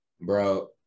bro